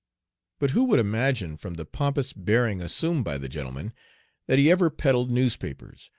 but who would imagine from the pompous bearing assumed by the gentleman that he ever peddled newspapers,